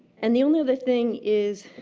and the only other thing is